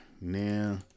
now